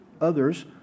others